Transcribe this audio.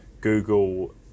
Google